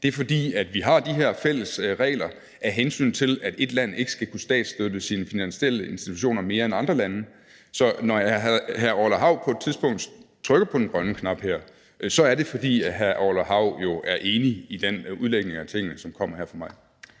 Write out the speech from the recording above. Det er, fordi vi har de her fælles regler, af hensyn til at et land ikke skal kunne støtte sine finansielle institutioner med statsstøtte mere end andre lande. Så når hr. Orla Hav på et tidspunkt trykker på den grønne knap her i salen, er det, fordi hr. Orla Hav jo er enig i den udlægning af tingene, som kommer her fra mig.